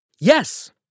Yes